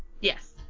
Yes